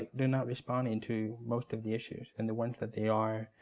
they're not responding to most of the issues, and the ones that they are,